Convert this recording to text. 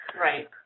Right